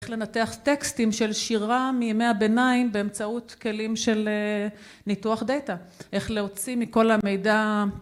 איך לנתח טקסטים של שירה מימי הביניים באמצעות כלים של ניתוח דאטה, איך להוציא מכל המידע